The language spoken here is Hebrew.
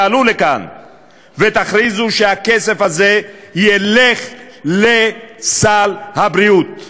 תעלו לכאן ותכריזו שהכסף הזה ילך לסל הבריאות.